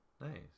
Nice